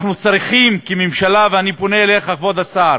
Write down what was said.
אנחנו צריכים, כממשלה, ואני פונה אליך, כבוד השר,